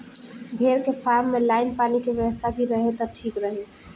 भेड़ के फार्म में लाइन पानी के व्यवस्था भी रहे त ठीक रही